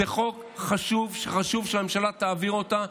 זה חוק שחשוב שהממשלה תעביר אותו.